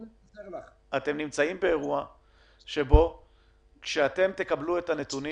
אתם נמצאים באירוע שבו כשתקבלו את הנתונים